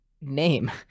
name